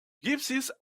gypsies